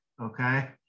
okay